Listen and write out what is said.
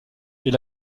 est